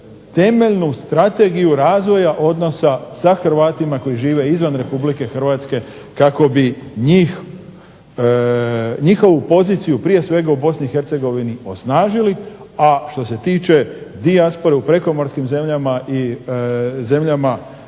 temeljnu strategiju razvoja odnosa sa Hrvatima koji žive izvan RH kako bi njihovu poziciju prije svega u BiH osnažili. A što se tiče dijaspore u prekomorskim zemljama i zemljama u